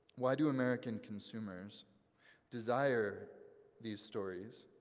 why do american consumers desire these stories?